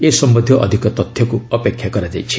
ଏ ସମ୍ବନ୍ଧୀୟ ଅଧିକ ତଥ୍ୟକୁ ଅପେକ୍ଷା କରାଯାଇଛି